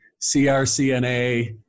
CRCNA